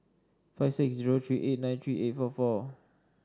five six zero three eight nine three eight four four